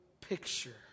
picture